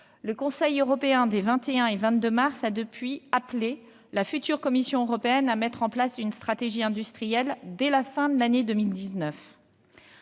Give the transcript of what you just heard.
le Conseil européen des 21 et 22 mars a appelé la future Commission européenne à mettre en place une stratégie industrielle dès la fin de l'année 2019.